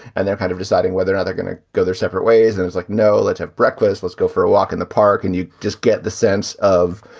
and they're kind of deciding whether they're going to go their separate ways. i and was like, no, let's have breakfast. let's go for a walk in the park. and you just get the sense of,